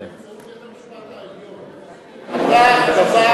ישראל, באמצעות בית-המשפט העליון, קבעה דבר,